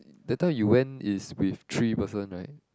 that time you went is with three person right